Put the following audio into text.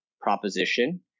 proposition